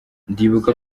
ndibuka